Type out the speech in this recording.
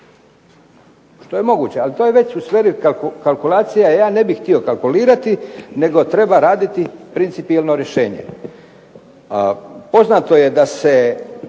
to je moguće. Ali to je već u sferi kalkulacija, ja ne bih htio kalkulirati nego treba raditi principijelno rješenje. Poznato je da se